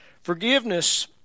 Forgiveness